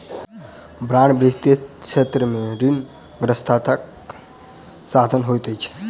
bond वित्तीय क्षेत्र में ऋणग्रस्तताक साधन होइत अछि